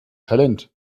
talent